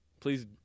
Please